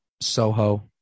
soho